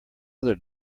other